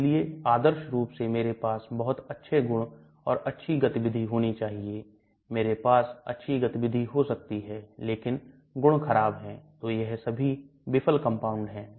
तो भोजन esophagus मैं आता है फिर पेट में फिर duodenum मैं फिर यह jejunum मैं आता है और फिर colon में निचले colon इत्यादि में